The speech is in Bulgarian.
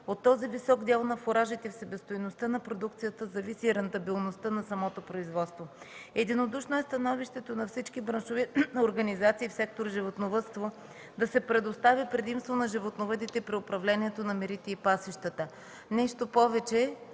От този висок дял на фуражите в себестойността на продукцията зависи и рентабилността на самото производство. Единодушно е становището на всички браншови организации в сектор „Животновъдство” да се предостави предимство на животновъдите при управлението на мерите и пасищата.